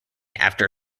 after